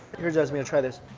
here jasmiyah try this